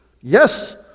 Yes